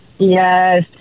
Yes